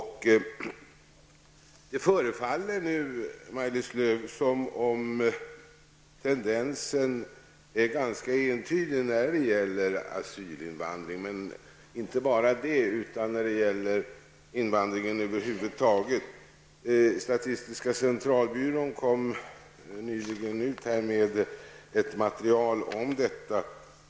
Det förefaller nu som att tendensen är ganska entydig när det gäller asylinvandringen och invandringen över huvud taget. Statistiska centralbyrån gav nyligen ut ett material om detta.